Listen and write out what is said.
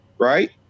Right